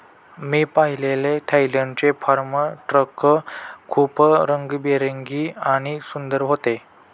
मी पाहिलेले थायलंडचे farm truck खूप रंगीबेरंगी आणि सुंदर होते